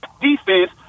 defense